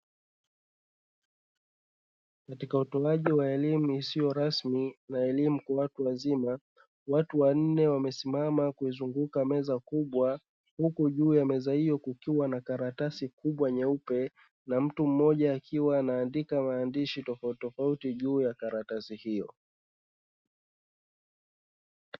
Katika utoaji wa elimu isiyo rasmi na elimu kwa watu wazima, watu wanne wamesimama kuzunguka meza kubwa. Juu ya meza hiyo kukiwa na karatasi kubwa nyeupe na mtu mmoja akiwa anaandika maandishi tofauti tofauti juu ya karatasi hiyo.